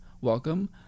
welcome